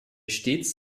stets